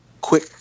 quick